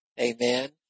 amen